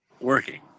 Working